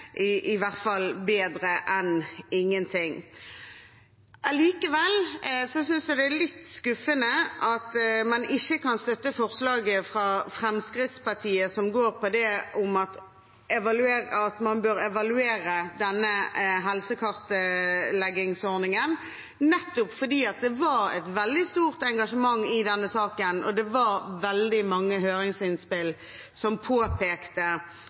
i hvert fall bedre enn ingenting. Allikevel synes jeg det er litt skuffende at man ikke kan støtte forslaget fra Fremskrittspartiet som handler om at man bør evaluere denne helsekartleggingsordningen, nettopp fordi det var et veldig stort engasjement i denne saken, og det var veldig mange høringsinnspill som påpekte